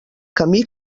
camí